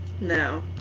No